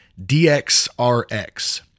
DXRX